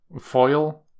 foil